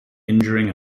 injuring